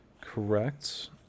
correct